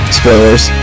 spoilers